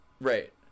right